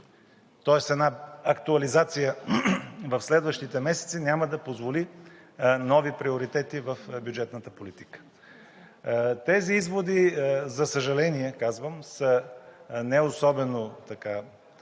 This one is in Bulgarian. Тоест една актуализация в следващите месеци няма да позволи нови приоритети в бюджетната политика. Тези изводи, за съжаление, са не особено